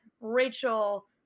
Rachel